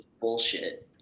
bullshit